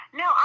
no